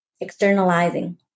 externalizing